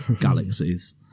galaxies